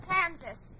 Kansas